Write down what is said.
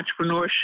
entrepreneurship